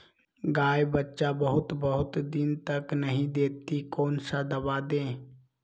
गाय बच्चा बहुत बहुत दिन तक नहीं देती कौन सा दवा दे?